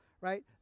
Right